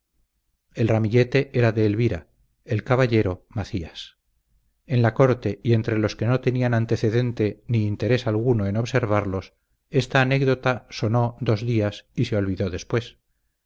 el ramillete era de elvira el caballero macías en la corte y entre los que no tenían antecedente ni interés alguno en observarlos esta anécdota sonó dos días y se olvidó después